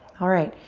alright,